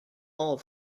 all